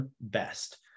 best